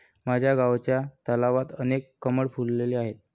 माझ्या गावच्या तलावात अनेक कमळ फुलले आहेत